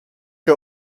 che